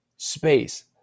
Space